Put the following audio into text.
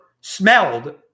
smelled